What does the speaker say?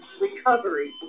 recovery